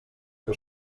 que